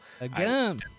Again